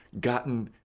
gotten